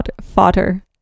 fodder